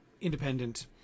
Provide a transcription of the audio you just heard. independent